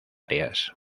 áreas